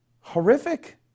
horrific